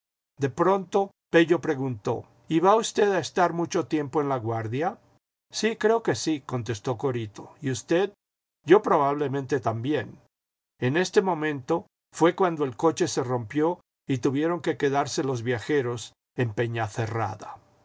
de pronto pello preguntó y va usted a estar mucho tiempo en laguardia sí creo que sí contestó corito y usted yo probablemente también en este momento fué cuando el coche se rompió y tuvieron que quedarse los viajeros a pie en